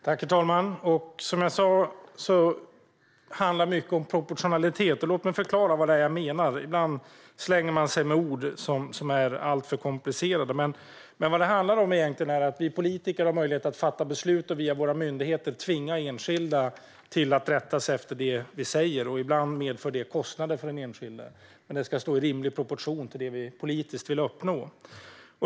Herr talman! Som jag sa handlar det mycket om proportionalitet, och låt mig förklara vad det är jag menar - ibland slänger man sig med alltför komplicerade ord. Vad det egentligen handlar om är att vi politiker har möjlighet att fatta beslut och via våra myndigheter tvinga enskilda att rätta sig efter det vi säger. Ibland medför det kostnader för den enskilde, men det ska stå i rimlig proportion till det vi politiskt vill uppnå.